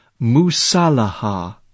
Musalaha